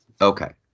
Okay